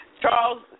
Charles